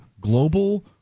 global